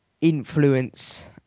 influence